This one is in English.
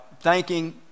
thanking